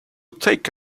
take